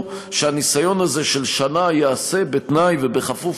הוא שהניסיון הזה של שנה ייעשה בתנאי ובכפוף